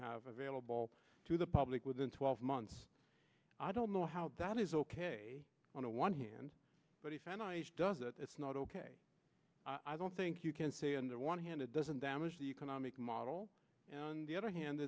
have available to the public within twelve months i don't know how that is ok on one hand but he does it it's not ok i don't think you can say on the one hand it doesn't damage the economic model and the other hand